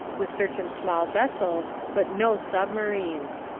with certain small vessels but no submarines.